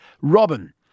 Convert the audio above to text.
Robin